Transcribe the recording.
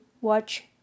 watch